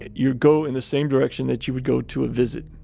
you go in the same direction that you would go to a visit.